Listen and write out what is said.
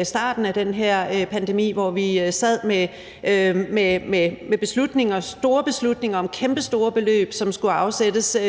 på starten af den her pandemi, hvor vi sad med store beslutninger om kæmpestore beløb, som skulle afsættes